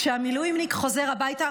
כשהמילואימניק חוזר הביתה,